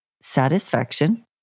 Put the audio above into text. satisfaction